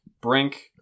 Brink